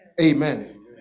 Amen